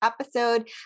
episode